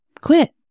Quit